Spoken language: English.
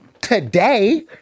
today